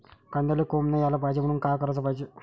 कांद्याला कोंब नाई आलं पायजे म्हनून का कराच पायजे?